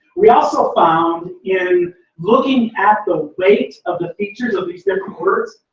we also found in looking at the weight of the features of these different words,